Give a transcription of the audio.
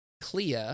Clea